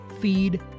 Feed